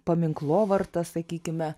paminklovarta sakykime